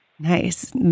Nice